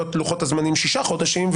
לוחות הזמנים צריכים להיות שישה חודשים,